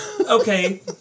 Okay